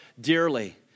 dearly